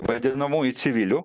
vadinamųjų civilių